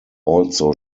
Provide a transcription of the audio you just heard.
also